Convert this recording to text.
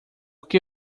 que